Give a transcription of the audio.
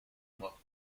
mois